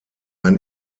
ein